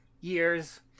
years